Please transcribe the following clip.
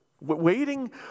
Waiting